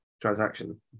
transaction